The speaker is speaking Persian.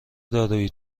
دارویی